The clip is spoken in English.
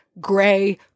gray